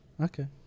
Okay